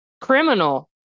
criminal